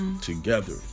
Together